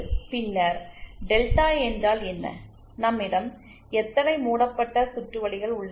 பின்னர் டெல்டா என்றால் என்ன நம்மிடம் எத்தனை மூடப்பட்ட சுற்றுவழிகள் உள்ளன